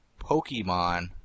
Pokemon